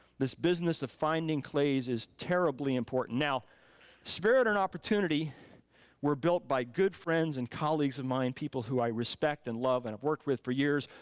this business of finding clays is terribly important. now spirit and opportunity were built by good friends and colleagues of mine, people who i respect and love and i've worked with for years.